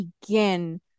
begin